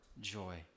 joy